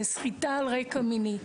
זה סחיטה על רקע מיני.